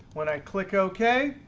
when i click ok,